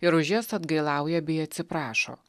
ir už jas atgailauja bei atsiprašo